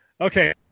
Okay